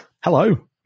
Hello